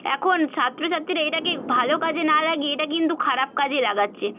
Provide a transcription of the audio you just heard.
এখন ছাত্র ছাত্রীরা এটাকে ভালো কাজে না লাগিয়ে এটা কিন্তু খারাপ কাজে লাগাচ্ছে